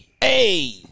Hey